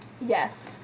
Yes